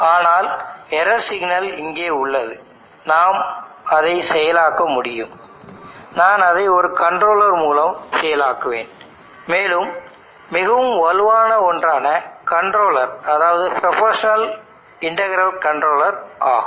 ஆனால் error signal இங்கே உள்ளது நான் அதை செயலாக்க முடியும் நான் அதை ஒரு கன்ட்ரோலர் மூலம் செயலாக்குவேன் மேலும் மிகவும் வலுவான ஒன்றான கன்ட்ரோலர் அதாவது புரோபோஷனல் இன்டக்ரல் கண்ட்ரோலர் ஆகும்